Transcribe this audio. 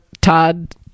Todd